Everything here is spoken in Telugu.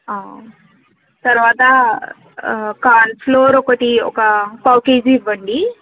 తర్వాత కాన్ ఫ్లోర్ ఒకటి ఒక పావుకేజీ ఇవ్వండి